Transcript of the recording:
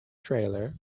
trailer